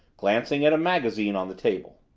glancing at a magazine on the table.